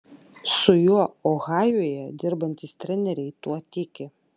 su juo ohajuje dirbantys treneriai tuo tiki